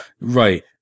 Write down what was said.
Right